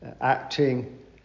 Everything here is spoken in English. Acting